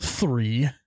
Three